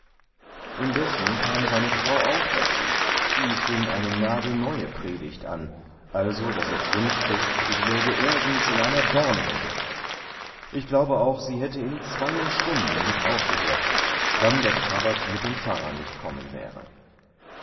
indessen kam seine frau auch darzu die fieng eine nagelneue predigt an also daß ich wünschte ich läge irgends in einer dornhecke ich glaube auch sie hätte in zweien stunden nicht aufgehört wann der krabat mit dem pfarrer nicht kommen wäre